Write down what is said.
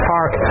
Park